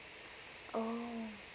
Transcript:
oh